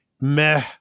meh